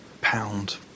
pound